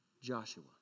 Joshua